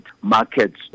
markets